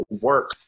work